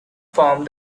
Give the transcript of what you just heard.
formed